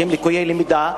שהם לקויי למידה,